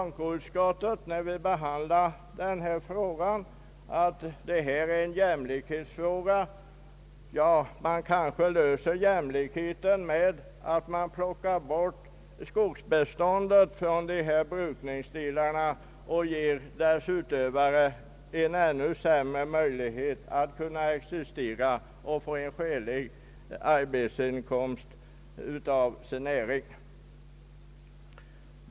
När denna fråga behandlades i bankoutskottet sades att det här gällde en jämlikhetsfråga. Men vi löser inte jämlikhetsproblemet genom att ta bort skogsbeståndet från dessa brukningsdelar och ge dess utövare en ännu mindre möjlighet att existera och att få en skälig arbetsinkomst av sin näring.